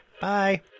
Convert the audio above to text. Bye